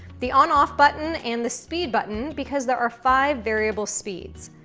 the on-off button and the speed button, because there are five variable speeds.